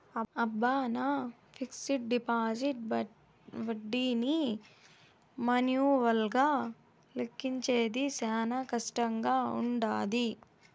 అబ్బ, నా fixed deposit ఒడ్డీని మాన్యువల్గా లెక్కించేది శానా కష్టంగా వుండాది